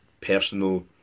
personal